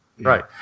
Right